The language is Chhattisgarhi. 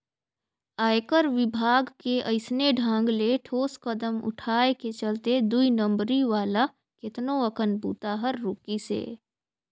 आयकर विभाग के अइसने ढंग ले ठोस कदम उठाय के चलते दुई नंबरी वाला केतनो अकन बूता हर रूकिसे